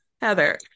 Heather